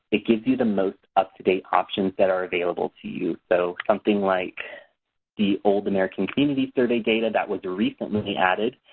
it gives you the most up-to-date options that are available to use. so something like the old american community survey data that was recently added,